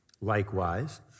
Likewise